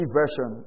version